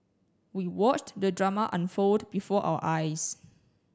we watched the drama unfold before our eyes